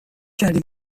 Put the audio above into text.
کردی